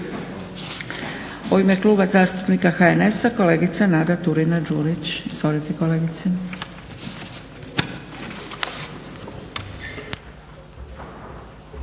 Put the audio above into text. U ime Kluba zastupnika HNS-a kolegica Nada Turina-Đurić.